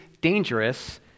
dangerous